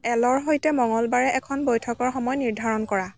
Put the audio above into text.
এলৰ সৈতে মঙলবাৰে এখন বৈঠকৰ সময় নিৰ্ধাৰণ কৰা